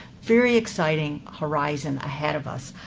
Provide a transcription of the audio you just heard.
very exciting horizon ahead of us.